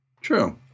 True